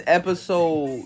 episode